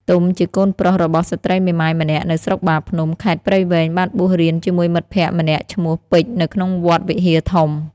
ទុំជាកូនប្រុសរបស់ស្រ្តីមេម៉ាយម្នាក់នៅស្រុកបាភ្នំ ខេត្តព្រៃវែង បានបួសរៀនជាមួយមិត្តភក្តិម្នាក់ឈ្មោះ ពេជ្រនៅក្នុងវត្តវិហារធំ។